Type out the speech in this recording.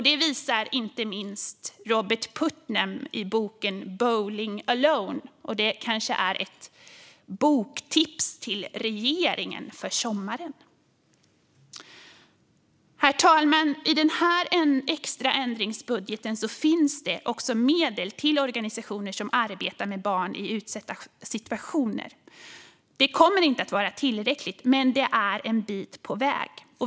Det visar inte minst Robert Putnam i boken Bowling A lone , som kanske kan vara ett boktips till regeringen inför sommaren. Herr talman! I denna extra ändringsbudget finns medel till organisationer som arbetar med barn i utsatta situationer. Det kommer inte att vara tillräckligt, men det är en bit på väg.